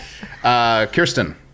Kirsten